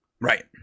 Right